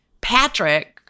Patrick